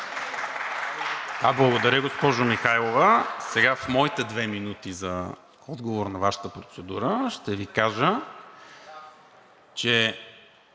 Благодаря, госпожо Михайлова. Сега в моите две минути в отговор на Вашата процедура ще Ви кажа, че